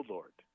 Lord